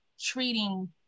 treating